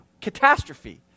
catastrophe